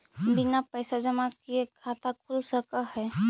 बिना पैसा जमा किए खाता खुल सक है?